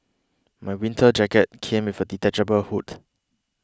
my winter jacket came with a detachable hood